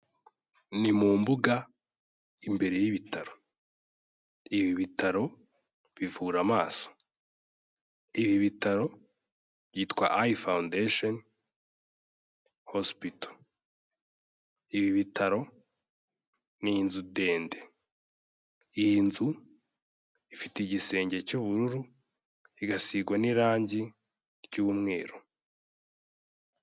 Ni mu mbuga imbere y'ibitaro. Ibi bitaro bivura amaso. Ibi bitaro byitwa Eye Foundation Hospital. Ibi bitaro ni inzu ndende. Iyi nzu ifite igisenge cy'ubururu, igasigwa n'irangi ry'umweru.